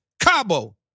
Cabo